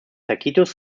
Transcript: tacitus